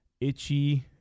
itchy